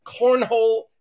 Cornhole